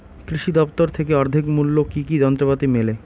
কৃষি দফতর থেকে অর্ধেক মূল্য কি কি যন্ত্রপাতি মেলে?